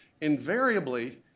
invariably